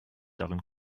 darin